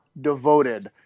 devoted